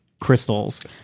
crystals